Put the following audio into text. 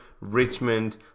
Richmond